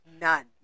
None